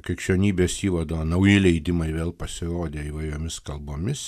krikščionybės įvado nauji leidimai vėl pasirodė įvairiomis kalbomis